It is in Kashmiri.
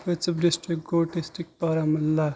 پونژم ڈِسٹرک گوٚو ڈِسٹرک برامُلہ